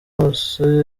wese